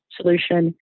solution